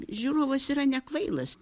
žiūrovas yra nekvailas